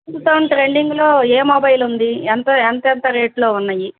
two thousand ట్రెండింగ్లో ఏ mobile ఉంది ఎంత ఎంతెంత రేట్లో ఉన్నాయి